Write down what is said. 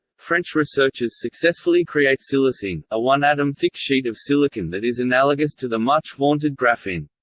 french researchers successfully create silicene, a one-atom-thick sheet of silicon that is analogous to the much-vaunted graphene.